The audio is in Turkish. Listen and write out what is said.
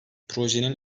projenin